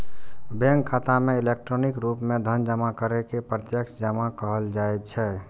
bank खाता मे electronic रूप मे धन जमा करै के प्रत्यक्ष जमा कहल जाइ छै